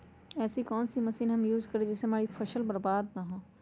ऐसी कौन सी मशीन हम यूज करें जिससे हमारी फसल बर्बाद ना हो?